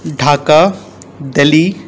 Dhaka Delhi